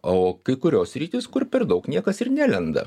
o kai kurios sritys kur per daug niekas ir nelenda